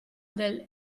del